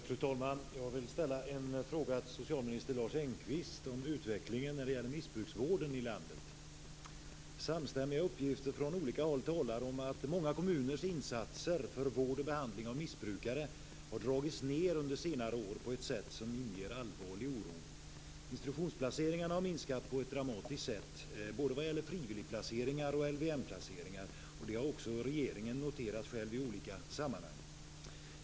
Fru talman! Jag vill ställa en fråga till socialminister Lars Engqvist om utvecklingen när det gäller missbrukarvården i landet. Samstämmiga uppgifter från olika håll talar om att många kommuners insatser för vård och behandling av missbrukare har dragits ned under senare år på ett sätt som inger allvarlig oro. Institutionsplaceringarna har minskat på ett dramatiskt sätt, både vad gäller frivilligplaceringar och LVM-placeringar. Det har också regeringen noterat själv i olika sammanhang.